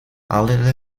ali